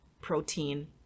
protein